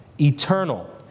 eternal